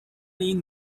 این